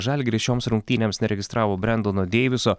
žalgiris šioms rungtynėms neregistravo brendono deiviso